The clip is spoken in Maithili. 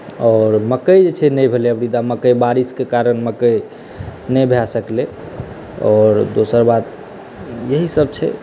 आओर मकइ जे छै नहि भेलै अब अबड़ीदा बारिश्के कारण मकइ नहि भय सकलै आओर दोसर बात एहि सभ छै